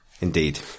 Indeed